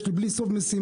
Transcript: שיש להם בלי סוף משימות,